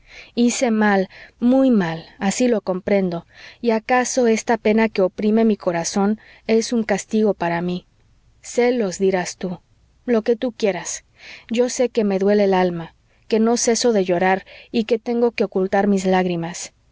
hice mal muy mal así lo comprendo y acaso esta pena que oprime mi corazón es un castigo para mí celos dirás tú lo que tú quieras yo sé que me duele el alma que no ceso de llorar y que tengo que ocultar mis lágrimas